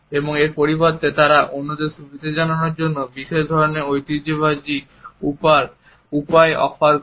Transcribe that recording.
এবং এর পরিবর্তে তারা অন্যদের শুভেচ্ছা জানানোর বিভিন্ন ধরণের ঐতিহ্যবাহী উপায় অফার করে